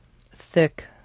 thick